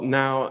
now